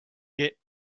yet